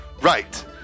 Right